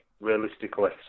realistically